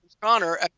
Connor